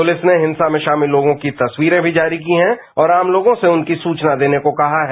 police ने हिंसा में शामिल लोगों की तस्वीरें भी जारी की हैं और आम लोगों से उनकी सूचना देने को कहा है